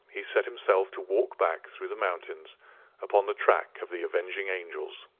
he set himself to walk back through the mountains upon the track of the avenging angels.